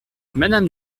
madame